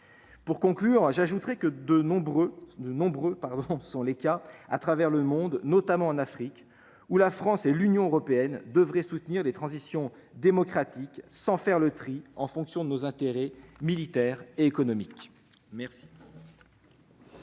Pour conclure, j'ajoute que nombreux sont les pays à travers le monde, notamment en Afrique, dans lesquels la France et l'Union européenne devraient soutenir les transitions démocratiques, sans faire le tri en fonction de leurs intérêts militaires et économiques.